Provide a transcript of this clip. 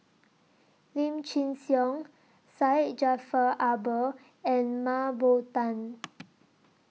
Lim Chin Siong Syed Jaafar Albar and Mah Bow Tan